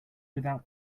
without